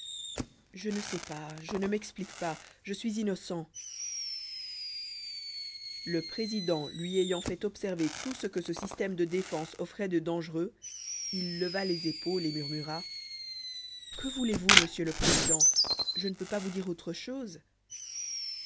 je ne sais pas je ne m'explique pas je suis innocent le président lui ayant fait observer tout ce que ce système de défense offrait de dangereux il leva les épaules et murmura que voulez-vous monsieur le président je ne peux pas vous dire autre chose